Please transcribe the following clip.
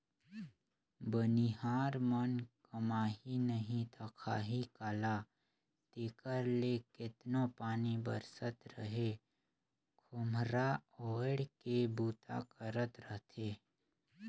बनिहार मन कमाही नही ता खाही काला तेकर ले केतनो पानी बरसत रहें खोम्हरा ओएढ़ के बूता करत रहथे